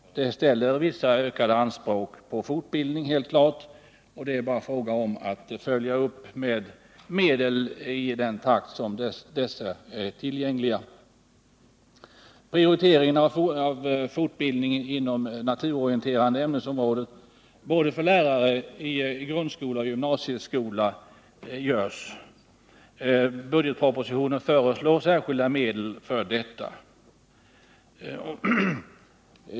Det är klart att detta ställer ökade anspråk på fortbildning, och det är bara fråga om att följa upp beslutet med medel i den takt som dessa är tillgängliga. En prioritering av fortbildningen inom naturorienterande ämnesområden för lärare i både grundskola och gymnasieskola görs. I budgetpropositionen föreslås särskilda medel för detta.